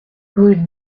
rue